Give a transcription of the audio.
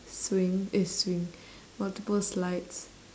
swing eh swing multiple slides